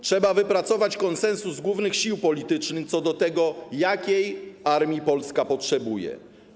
Trzeba wypracować konsensus głównych sił politycznych co do tego, jakiej armii Polska potrzebuje.